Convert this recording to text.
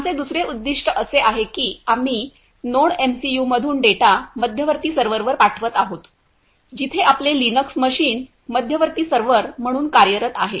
आमचे दुसरे उद्दीष्ट असे आहे की आम्ही नोडएमसीयू मधून डेटा मध्यवर्ती सर्व्हरवर पाठवित आहोत जिथे आपले लिनक्स मशीन मध्यवर्ती सर्व्हर म्हणून कार्यरत आहे